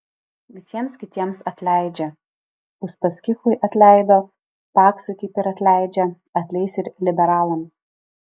visiems kitiems atleidžia uspaskichui atleido paksui kaip ir atleidžia atleis ir liberalams